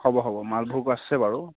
হ'ব হ'ব মালভোগ আছে বাৰু